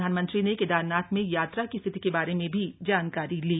प्रधानमंत्री ने केदारनाथ में यात्रा की स्थिति के बारे में भी जानकारी ली